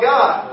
God